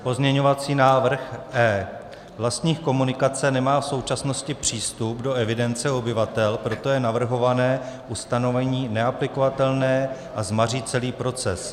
Pozměňovací návrh E. Vlastník komunikace nemá v současnosti přístup do evidence obyvatel, proto je navrhované ustanovení neaplikovatelné a zmaří celý proces.